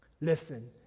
Listen